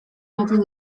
joaten